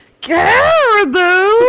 caribou